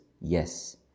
yes